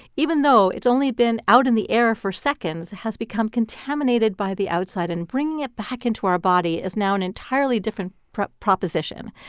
even though it's only been out in the air for seconds, it has become contaminated by the outside. and bringing it back into our body is now an entirely different proposition.